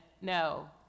No